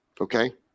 Okay